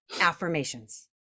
affirmations